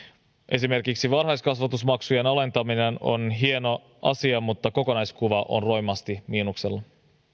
esimerkiksi varhaiskasvatusmaksujen alentaminen on hieno asia mutta kokonaiskuva on roimasti miinuksella